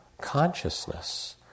consciousness